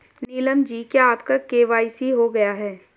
नीलम जी क्या आपका के.वाई.सी हो गया है?